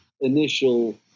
initial